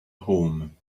home